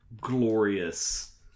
glorious